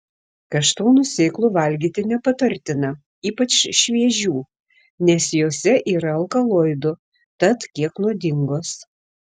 kaštonų sėklų valgyti nepatartina ypač šviežių nes jose yra alkaloidų tad kiek nuodingos